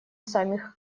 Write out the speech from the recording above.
самих